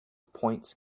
points